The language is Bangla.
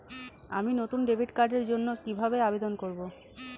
আমি নতুন ডেবিট কার্ডের জন্য কিভাবে আবেদন করব?